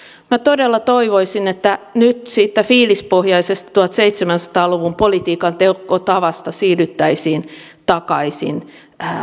minä todella toivoisin että nyt siitä fiilispohjaisesta tuhatseitsemänsataa luvun politiikan tekotavasta siirryttäisiin takaisin